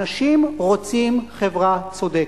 אנשים רוצים חברה צודקת.